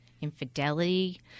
infidelity